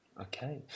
Okay